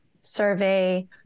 survey